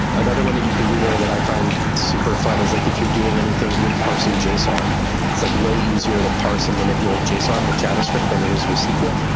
another one that you can do there that i find super fun is like, if you're doing anything with parsing json, it's like way easier to parse and manipulate json with javascript than it is with sql.